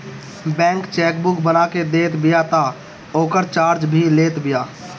bank chequebook बना के देत बिया तअ ओकर चार्ज भी लेत बिया